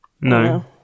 no